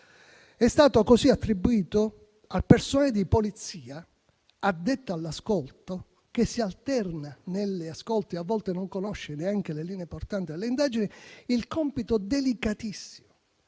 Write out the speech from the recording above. è stato così attribuito al personale di polizia addetto all'ascolto - si alterna e a volte non conosce neanche le linee portanti delle indagini - il compito delicatissimo